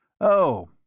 Oh